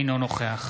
אינו נוכח